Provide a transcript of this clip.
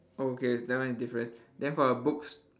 oh okay never mind different then for the books~